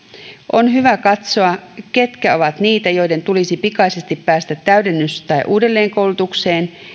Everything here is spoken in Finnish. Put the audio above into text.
on hyvä katsoa ketkä ovat niitä joiden tulisi pikaisesti päästä täydennys tai uudelleenkoulutukseen